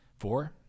Four